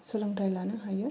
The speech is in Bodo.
सोलोंथाय लानो हायो